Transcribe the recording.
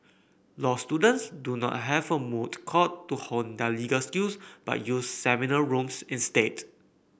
law students do not have a moot court to hone their legal skills but use seminar rooms instead